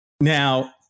Now